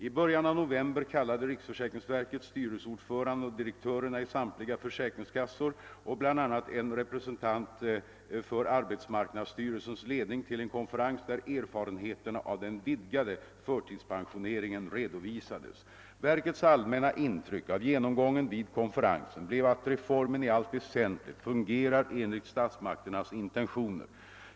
I början av november kallade riksförsäkringsverket styrelseordförandena och direktörerna i samtliga försäkringskassor och bl.a. en representant för arbetsmarknadsstyrelsens ledning till en konferens, där erfarenheterna av den vidgade förtidspensioneringen redovisades. Verkets allmänna intryck av genomgången vid konferensen blev att reformen i allt väsentligt fungerar enligt statsmakternas intentioner.